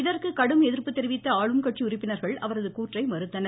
இதற்கு கடும் எதிர்ப்பு தெரிவித்த ஆளும் கட்சி உறுப்பினர்கள் அவரது கூற்றை மறுத்தனர்